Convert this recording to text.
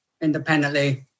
independently